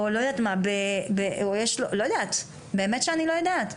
באמת שאני לא יודעת.